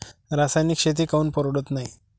रासायनिक शेती काऊन परवडत नाई?